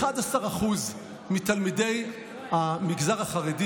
11% מתלמידי המגזר החרדי,